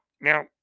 now